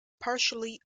partially